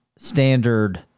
Standard